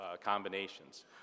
combinations